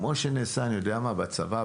כמו שנעשה בצבא,